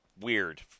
weird